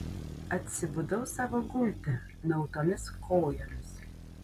atsibudau savo gulte nuautomis kojomis